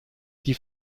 die